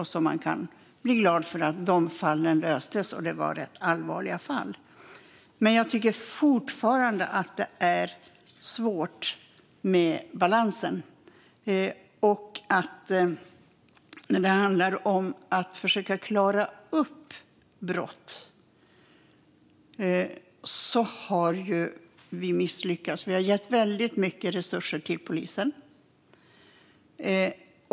Det gläder mig att dessa fall löstes eftersom det var allvarliga fall, men jag tycker fortfarande att balansen är svår. När det handlar om att klara upp brott har vi misslyckats. Vi har gett väldigt mycket resurser till polisen.